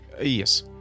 yes